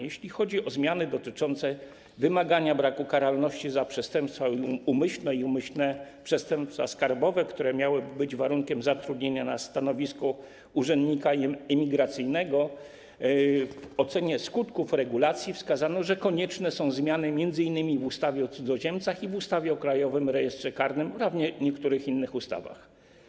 Jeśli chodzi o zmiany dotyczące wymogu braku karalności za przestępstwa umyślne i umyślne przestępstwa skarbowe, który miałby być warunkiem zatrudnienia na stanowisku urzędnika imigracyjnego, w ocenie skutków regulacji wskazano, że konieczne są zmiany m.in. w ustawie o cudzoziemcach i w ustawie o Krajowym Rejestrze Karnym, również w niektórych innych ustawach.